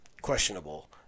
questionable